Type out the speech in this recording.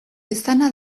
izana